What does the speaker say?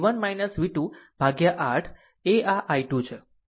તો તે v 1 v 2 ભાગ્યા 8 એ આ i 2 છે બરાબર